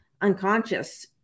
unconscious